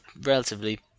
relatively